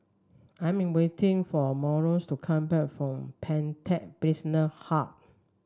I'm waiting for Marlo's to come back from Pantech Business Hub